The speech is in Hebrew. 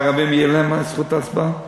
הערבים, תהיה להם זכות הצבעה?